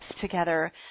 together